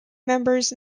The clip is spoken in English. members